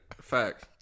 Fact